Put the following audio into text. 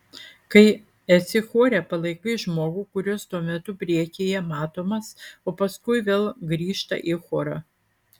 kai esi chore palaikai žmogų kuris tuo metu priekyje matomas o paskui vėl grįžta į chorą